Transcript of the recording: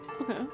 Okay